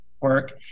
work